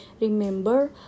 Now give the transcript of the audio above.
Remember